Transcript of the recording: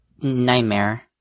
Nightmare